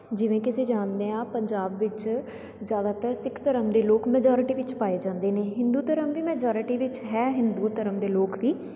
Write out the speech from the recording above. ਜਿਵੇਂ ਕਿ ਅਸੀਂ ਜਾਣਦੇ ਹਾਂ ਪੰਜਾਬ ਵਿੱਚ ਜ਼ਿਆਦਾਤਰ ਸਿੱਖ ਧਰਮ ਦੇ ਲੋਕ ਮਜਿਓਰਟੀ ਵਿਚ ਪਾਏ ਜਾਂਦੇ ਨੇ ਹਿੰਦੂ ਧਰਮ ਵੀ ਮਜਿਓਰਟੀ ਵਿੱਚ ਹੈ ਹਿੰਦੂ ਧਰਮ ਦੇ ਲੋਕ ਵੀ